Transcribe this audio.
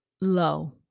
low